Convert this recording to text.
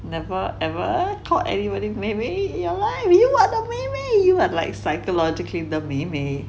never ever caught any wedding 妹妹 meimei in you life what the 妹妹 you have like psychologically the 妹妹